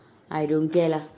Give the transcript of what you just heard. I don't care lah